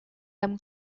them